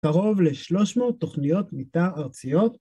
‫קרוב ל-300 תוכניות מיטה ארציות.